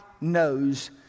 knows